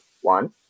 one